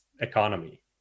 economy